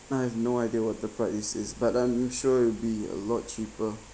I have no idea what the price is but I'm sure it'll be a lot cheaper